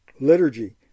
liturgy